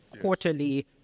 quarterly